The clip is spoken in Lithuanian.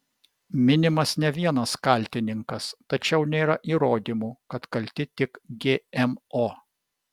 minimas ne vienas kaltininkas tačiau nėra įrodymų kad kalti tik gmo